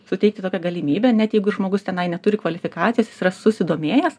suteikti tokią galimybę net jeigu ir žmogus tenai neturi kvalifikacijos jis yra susidomėjęs